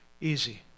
easy